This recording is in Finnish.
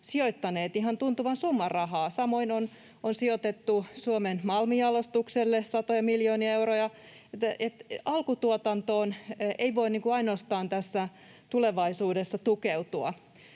sijoittaneet ihan tuntuvan summan rahaa. Samoin on sijoitettu Suomen Malmijalostukselle satoja miljoonia euroja, mutta ainoastaan alkutuotantoon ei voi tulevaisuudessa tukeutua.